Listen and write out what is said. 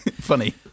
funny